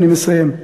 אני מסיים,